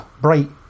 Bright